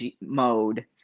mode